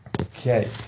Okay